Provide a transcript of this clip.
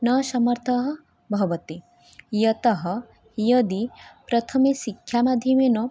न समर्थः भवति यतः यदि प्रथमे शिक्षामाध्यमेन